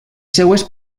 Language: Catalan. seues